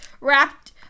wrapped